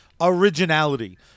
originality